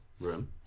room